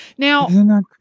Now